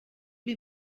les